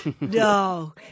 No